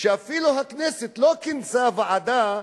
שהכנסת אפילו לא כינסה ועדה,